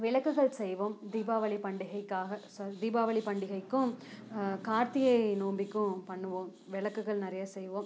விளக்குகள் செய்வோம் தீபாவளி பண்டிகைக்காக சரி தீபாவளி பண்டிகைக்கும் கார்த்திகை நோம்பிக்கும் பண்ணுவோம் விளக்குகள் நிறையா செய்வோம்